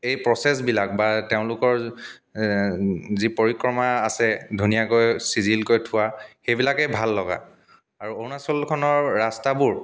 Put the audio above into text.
এই প্ৰচেছবিলাক বা তেওঁলোকৰ যি পৰিক্ৰমা আছে ধুনীয়াকৈ চিজিলকৈ থোৱা সেইবিলাকেই ভাল লগা আৰু অৰুণাচলখনৰ ৰাস্তাবোৰ